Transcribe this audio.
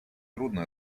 трудно